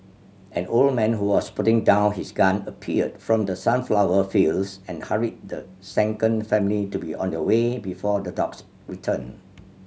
an old man who was putting down his gun appeared from the sunflower fields and hurried the shaken family to be on their way before the dogs return